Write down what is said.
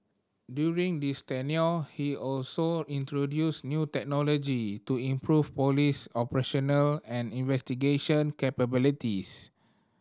during this tenure he also introduced new technology to improve police operational and investigation capabilities